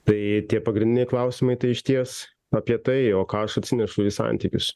tai tie pagrindiniai klausimai tai išties apie tai o ką aš atsinešu į santykius